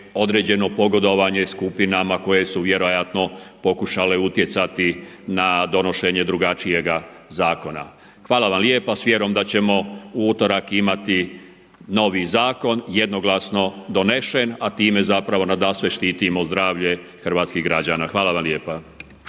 određeno pogodovanje skupinama koje su vjerojatno pokušale utjecati na donošenje drugačijega zakona. Hvala vam lijepa s vjerom da ćemo u utorak imati novi zakon jednoglasno donesen a time zapravo nadasve štitimo zdravlje hrvatskih građana. Hvala vam lijepa.